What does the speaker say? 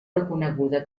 reconeguda